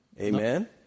Amen